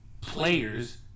players